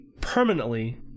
Permanently